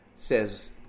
says